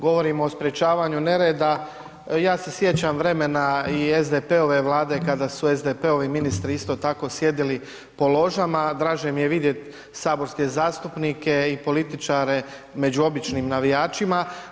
Govorimo o sprječavanju nereda, ja se sjećam vremena i SDP-ove vlade kada su SDP-ovi ministri isto tako sjedili po ložama, draže mi je vidjeti saborske zastupnike i političare među običnim navijačima.